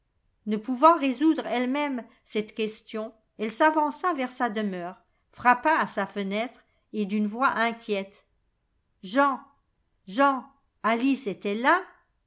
ne pouvant résoudre elle-même cette question elle s'avança vers sa demeure frappa à sa fenêtre et d'une voix inquiète jean jean alice est-elle là